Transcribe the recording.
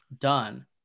done